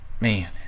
man